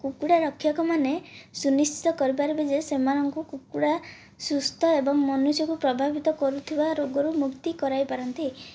କୁକୁଡ଼ା ରକ୍ଷକମାନେ ସୁନିଶ୍ଚିତ କରିପାରିବେ ଯେ ସେମାନଙ୍କୁ କୁକୁଡ଼ା ସୁସ୍ଥ ଏବଂ ମନୁଷ୍ୟକୁ ପ୍ରଭାବିତ କରୁଥିବା ରୋଗରୁ ମୁକ୍ତି କରାଇପାରନ୍ତି